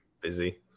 Busy